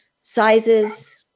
sizes